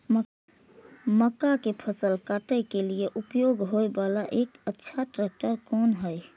मक्का के फसल काटय के लिए उपयोग होय वाला एक अच्छा ट्रैक्टर कोन हय?